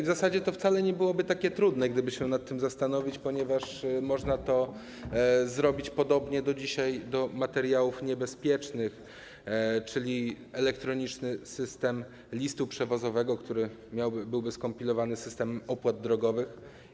W zasadzie to wcale nie byłoby takie trudne, gdyby się nad tym zastanowić, ponieważ można to zrobić podobnie do dzisiaj materiałów niebezpiecznych, czyli elektroniczny system listu przewozowego, który byłby skompilowany z systemem opłat drogowych.